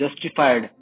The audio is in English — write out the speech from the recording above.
justified